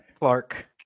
Clark